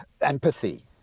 empathy